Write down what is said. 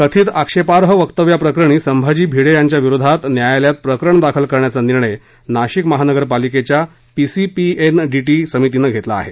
कथित आक्षेपाई वक्तव्याप्रकरणी संभाजी भिडे यांच्या विरोधात न्यायालयात प्रकरण दाखल करण्याचा निर्णय नाशिक महानगरपालिकेच्या पीसीपीएनडीटी समितीनं घेतला आहे